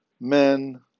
men